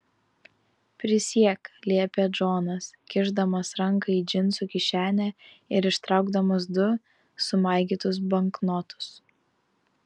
prisiek liepė džonas kišdamas ranką į džinsų kišenę ir ištraukdamas du sumaigytus banknotus